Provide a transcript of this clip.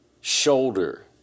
shoulder